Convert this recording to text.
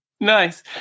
Nice